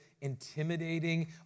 intimidating